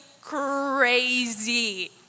crazy